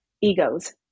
egos